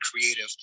creative